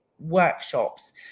Workshops